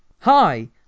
Hi